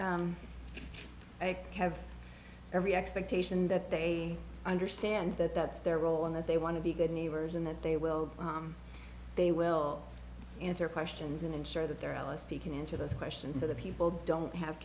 they have every expectation that they understand that that's their role and that they want to be good neighbors in that they will they will answer questions and ensure that their l s p can answer those questions so that people don't have